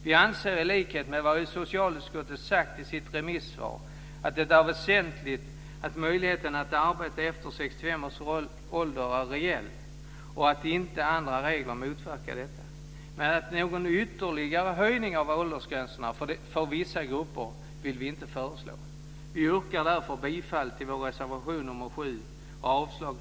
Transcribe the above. Vi anser i likhet med vad socialutskottet sagt i sitt remissvar att det är väsentligt att möjligheten att arbeta efter 65 års ålder är reell och att inte andra regler motverkar detta, men vi vill inte föreslå någon ytterligare höjning av åldersgränserna för vissa grupper. Vi yrkar därför bifall till vår reservation nr 7 Fru talman!